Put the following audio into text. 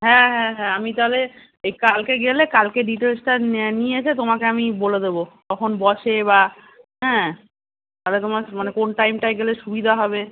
হ্যাঁ হ্যাঁ হ্যাঁ আমি তাহলে এই কালকে গেলে কালকে ডিটেল্সটা নিয়ে এসে তোমাকে আমি বলে দেবো কখন বসে বা হ্যাঁ তাহলে তোমার মানে কোন টাইমটায় গেলে সুবিধা হবে